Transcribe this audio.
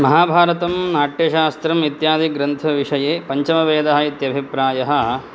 महाभारतं नाट्यशास्त्रम् इत्यादि ग्रन्थविषये पञ्चमवेदः इत्यभिप्रायः